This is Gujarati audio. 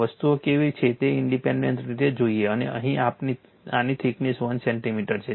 વસ્તુઓ કેવી છે તે ઇંડિપેંડેન્ટ રીતે જોઈએ અને અહીં આની થિકનેસ 1 સેન્ટિમીટર છે